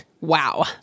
Wow